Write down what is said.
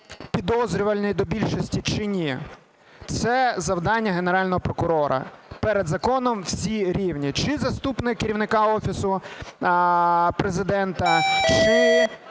підозрюваний до більшості чи ні – це завдання Генерального прокурора. Перед законом всі рівні, чи заступник керівника Офісу Президента, чи